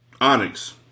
onyx